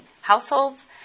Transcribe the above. households